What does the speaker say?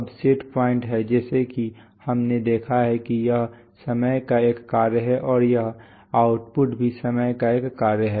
अब set point है जैसा कि हमने देखा है कि यह समय का एक कार्य है और यह आउटपुट भी समय का एक कार्य है